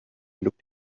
looked